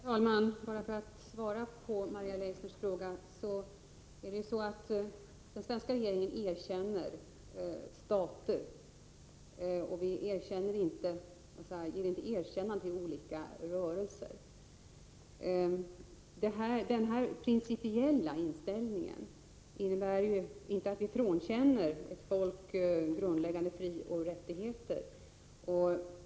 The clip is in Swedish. Herr talman! För att svara på Maria Leissners fråga vill jag säga att det är så att den svenska regeringen erkänner stater. Vi ger inte något erkännande åt olika rörelser. Denna principiella inställning innebär inte att vi frånkänner ett folk grundläggande frioch rättigheter.